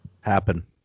happen